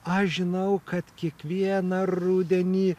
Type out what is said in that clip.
aš žinau kad kiekvieną rudenį